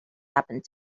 happened